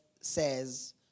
says